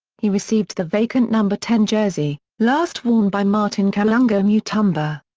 he received the vacant number ten jersey, last worn by martin kayongo-mutumba.